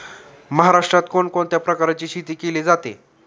महाराष्ट्रात कोण कोणत्या प्रकारची शेती केली जाते?